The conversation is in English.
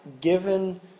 given